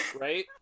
right